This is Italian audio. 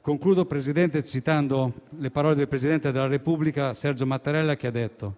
Concludo, signor Presidente, citando le parole del presidente della Repubblica Sergio Mattarella, il quale ha detto: